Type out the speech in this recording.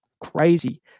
crazy